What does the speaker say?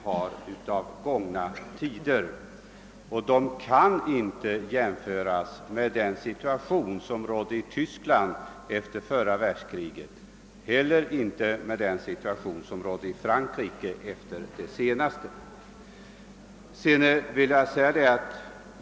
Förhållandena i vårt land kan inte jämföras med situationen i Tyskland efter första världskriget och inte heller med den i Frankrike efter det senaste kriget.